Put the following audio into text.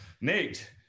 Nate